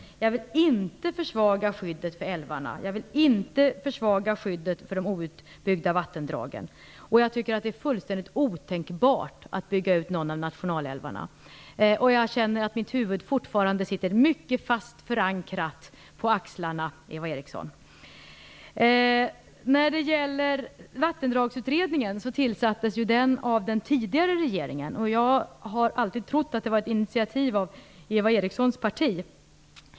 Jag vill inte försvaga skyddet av älvarna. Jag vill inte försvaga skyddet av de outbyggda vattendragen. Jag tycker att det är fullständigt otänkbart att bygga ut någon av nationalälvarna. Jag känner att mitt huvud fortfarande sitter mycket fast förankrat på axlarna, Eva Eriksson. Vattendragsutredningen tillsattes av den tidigare regeringen. Jag har alltid trott att det skedde på initiativ av Eva Erikssons parti.